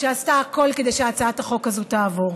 שעשתה הכול כדי שהצעת החוק הזאת תעבור.